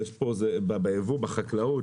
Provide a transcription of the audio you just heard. בחקלאות,